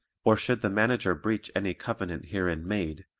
or should the manager breach any covenant herein made,